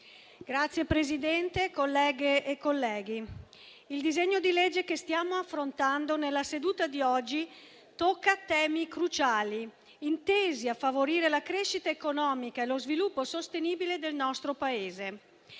Signor Presidente, colleghe e colleghi, il disegno di legge che stiamo affrontando nella seduta di oggi tocca temi cruciali, intesi a favorire la crescita economica e lo sviluppo sostenibile del nostro Paese.